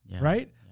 right